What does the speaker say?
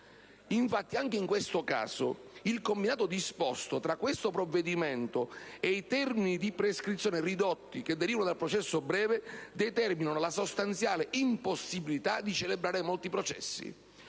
Infatti, anche in questo caso il combinato disposto tra questo provvedimento e i termini di prescrizione ridotti che derivano dal processo breve determina la sostanziale impossibilità di celebrare molti processi